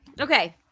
Okay